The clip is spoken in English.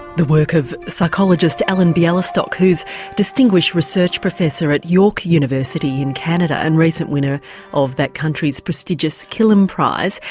the work of psychologist ellen bialystock, who's distinguished research professor at york university in canada and recent winner of that country's prestigious killam prize.